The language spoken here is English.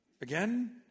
again